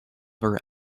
her